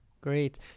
Great